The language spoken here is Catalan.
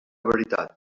veritat